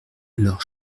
leur